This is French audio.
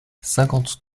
cinquante